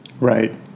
Right